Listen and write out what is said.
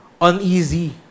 uneasy